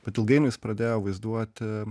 bet ilgainiui jis pradėjo vaizduoti